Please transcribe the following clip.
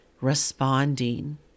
responding